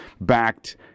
backed